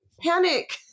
panic